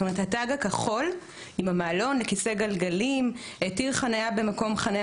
התג הכחול עם המעלון לכיסא גלגלים התיר חניה במקום חניה